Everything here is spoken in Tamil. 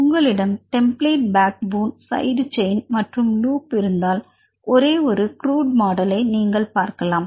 உங்களிடம் template backbone side chain மற்றும் லூப் இருந்தால் ஒரு ஒரு க்ருட் மாடலை நீங்கள் பார்க்கலாம்